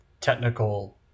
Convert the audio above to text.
technical